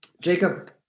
Jacob